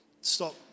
Stop